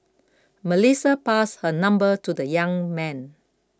Melissa passed her number to the young man